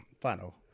final